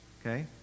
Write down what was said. Okay